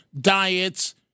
diets